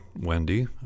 Wendy